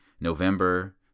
November